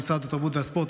עם משרד התרבות והספורט,